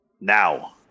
Now